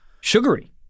sugary